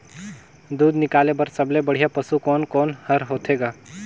दूध निकाले बर सबले बढ़िया पशु कोन कोन हर होथे ग?